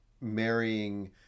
marrying